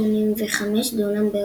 וכ-1,821,085 דונם באירופה.